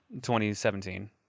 2017